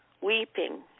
Weeping